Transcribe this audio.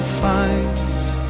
finds